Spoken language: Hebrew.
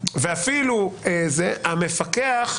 ואפילו זה, המפקח,